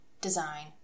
design